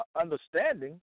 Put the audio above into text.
understanding